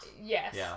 Yes